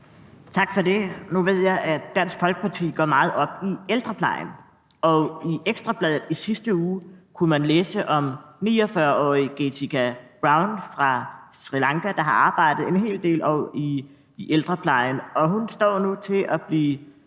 Tak for det. Nu ved jeg, at Dansk Folkeparti går meget op i ældreplejen, og i Ekstra Bladet i sidste uge kunne man læse om 49-årige Geethika Brown fra Sri Lanka, der har arbejdet en hel del år i ældreplejen. Hun står nu til at blive